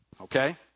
Okay